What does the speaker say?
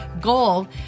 goal